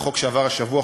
החוק שעבר השבוע,